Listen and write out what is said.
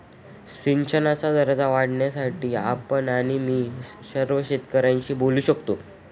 सिंचनाचा दर्जा वाढवण्यासाठी आपण आणि मी सर्व शेतकऱ्यांशी बोलू शकतो